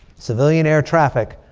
civilian air traffic,